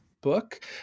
book